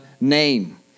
name